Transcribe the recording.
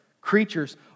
creatures